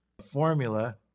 formula